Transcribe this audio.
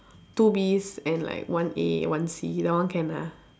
two Bs and like one A one C that one can ah